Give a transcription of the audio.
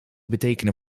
betekenen